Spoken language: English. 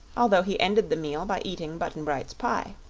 although he ended the meal by eating button-bright's pie.